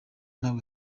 ntabwo